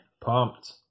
pumped